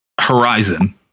Horizon